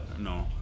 No